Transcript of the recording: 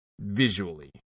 visually